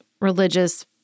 religious